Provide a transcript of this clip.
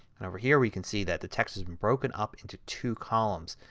and over here we can see that the text is and broken up into two columns.